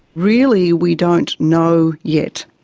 really we don't know yet,